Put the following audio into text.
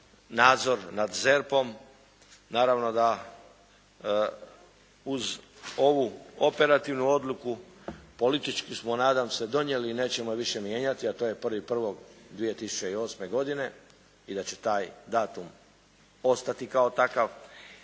nadzor nad ZERP-om. Naravno da uz ovu operativnu odluku, politički smo nadam se donijeli i nećemo je više mijenjati a to je 1.1. 2008. godine i da će taj datum ostati kao takav.